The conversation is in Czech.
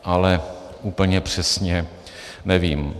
Ale úplně přesně nevím.